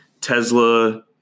Tesla